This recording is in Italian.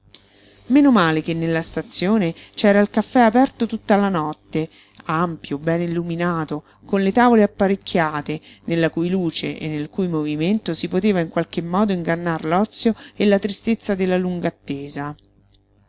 male che nella stazione c'era il caffè aperto tutta la notte ampio bene illuminato con le tavole apparecchiate nella cui luce e nel cui movimento si poteva in qualche modo ingannar l'ozio e la tristezza della lunga attesa